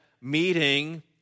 meeting